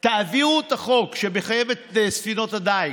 ותעבירו את החוק שמחייב את ספינות הדיג.